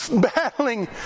battling